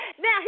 Now